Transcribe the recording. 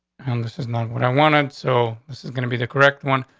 um this is not what i wanted. so this is gonna be the correct one.